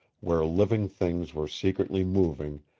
where living things were secretly moving,